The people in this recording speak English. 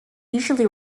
usually